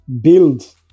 build